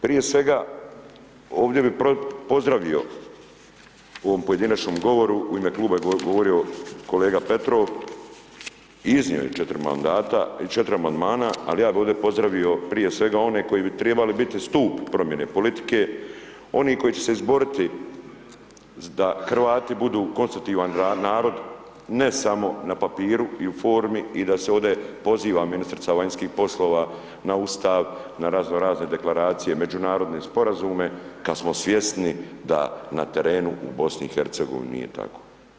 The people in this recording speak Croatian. Prije svega ovdje bi pozdravio u ovom pojedinačnom govoru, u ime Kluba je govorio kolega Petrov, i iznio je 4 amandmana, ali ja bi ovdje pozdravio prije svega one koji bi trebali biti stup promijene politike, oni koji će se izboriti da Hrvati budu konstitutivan narod, ne samo na papiru i u formi i da se ovdje poziva ministrica vanjskih poslova na Ustav, na razno razne deklaracije, međunarodne sporazume, kada smo svjesni da na terenu u BIH je tako.